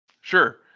Sure